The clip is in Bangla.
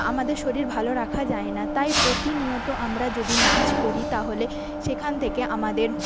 আমাদের শরীর ভালো রাখা যায় না তাই প্রতিনিয়ত আমরা যদি নাচ করি তাহলে সেখান থেকে আমাদের